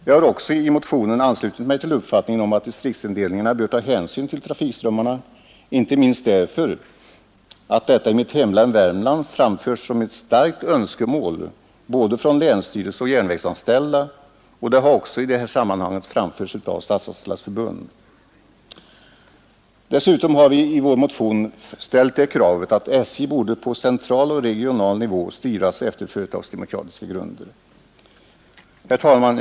Jag har också i motionen anslutit mig till uppfattningen att distriktsindelningarna bör ta hänsyn till trafikströmmarna, inte minst därför att detta i mitt hemlän Värmland framförts som ett starkt önskemål både från länsstyrelsen och järnvägsanställda och även från Statsanställdas förbund. Dessutom har vi i vår motion ställt det kravet att SJ borde på central och regional nivå styras efter företagsdemokratiska grunder. Herr talman!